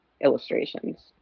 illustrations